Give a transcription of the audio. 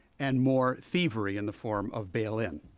and more thievery in the form of bail-in.